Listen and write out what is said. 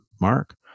Mark